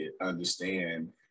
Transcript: understand